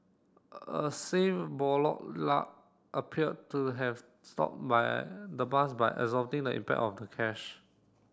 a safe appeared to have stopped by the bus by absorbing the impact of the cash